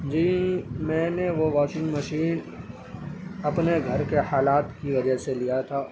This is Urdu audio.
جی میں نے وہ واشنگ مشین اپنے گھر کے حالات کی وجہ سے لیا تھا